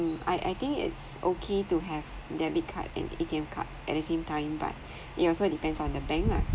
mm I I think it's okay to have debit card and A_T_M card at the same time but it also depends on the bank ah